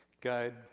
guide